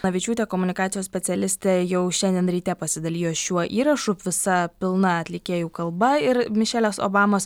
navičiūtė komunikacijos specialistė jau šiandien ryte pasidalijo šiuo įrašu visa pilna atlikėjų kalba ir mišelės obamos